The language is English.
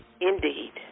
Indeed